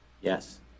Yes